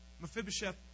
Mephibosheth